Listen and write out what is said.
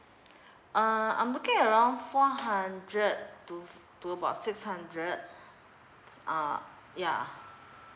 uh I'm looking around four hundred to to about six hundred uh yeah